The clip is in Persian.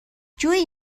جویی